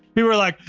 we were like,